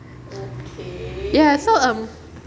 ya so um